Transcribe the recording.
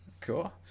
cool